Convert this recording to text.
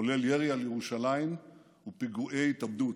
כולל ירי על ירושלים ופיגועי התאבדות.